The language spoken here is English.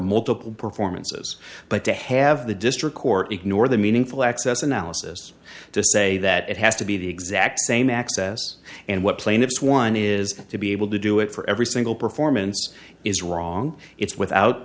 multiple performances but to have the district court ignore the meaningful access analysis to say that it has to be the exact same access and what plaintiffs one is to be able to do it for every single performance is wrong it's without